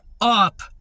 up